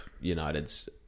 United's